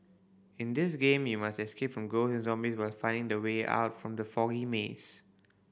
in this game you must escape from ghost and zombies while finding the way out from the foggy maze